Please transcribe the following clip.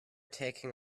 taking